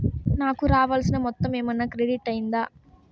నాకు రావాల్సిన మొత్తము ఏమన్నా క్రెడిట్ అయ్యిందా